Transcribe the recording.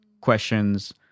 questions